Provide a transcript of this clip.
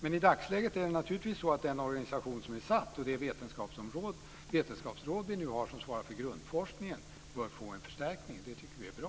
Men i dagsläget bör den organisation som är satt och det vetenskapsråd som svarar för grundforskningen få en förstärkning. Det tycker vi är bra.